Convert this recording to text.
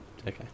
Okay